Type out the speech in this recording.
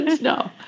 no